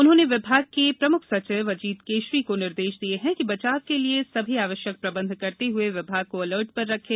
उन्होंने विभाग के प्रम्ख सचिव अजीत केशरी को निर्देश दिये कि बचाव के लिये सभी आवश्यक प्रबंध करते हए विभाग को अलर्ट पर रखें